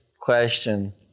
question